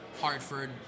Hartford